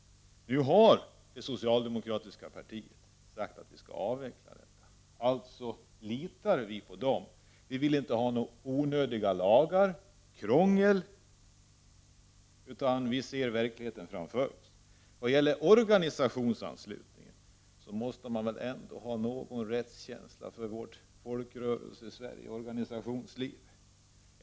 Nu har det socialdemokratiska partiet sagt att denna anslutningsform skall avvecklas. Alltså litar vi på socialdemokraterna. Vi vill inte ha onödiga lagar eller onödigt krångel, utan vi ser verkligheten sådan den är. Vad gäller organisationsanslutningen måste det väl ändå finnas någon rättskänsla för vårt Folkrörelsesverige och för vårt organisationsliv.